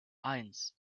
eins